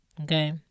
okay